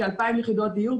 כ-2,000 יחידות דיור,